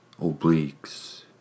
obliques